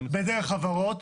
בדרך חברות,